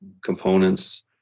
components